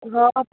हाँ